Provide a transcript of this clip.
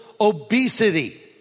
obesity